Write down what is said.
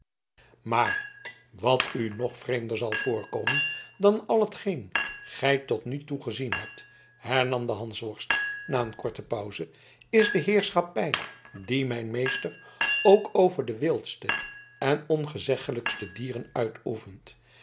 maar wat u nog vreemder zal voorkomen dan al hetgeen gij tot nu toe gezien hebt hernam de hansworst na een korte pauze is de heerschappij die mijn meester ook over de wildste en ongezeglijkste dieren uitoefent